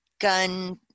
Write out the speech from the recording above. gun